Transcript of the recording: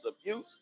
abuse